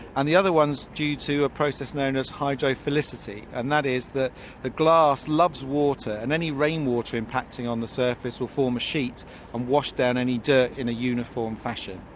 the other one's due to a process known as hydrophilicity, and that is that the glass loves water and any rainwater impacting on the surface will form a sheet and wash down any dirt in a uniform fashion.